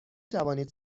توانید